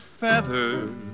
feathers